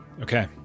Okay